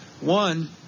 One